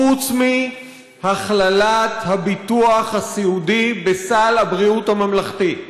חוץ מהכללת הביטוח הסיעודי בסל הבריאות הממלכתי.